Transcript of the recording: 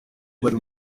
bari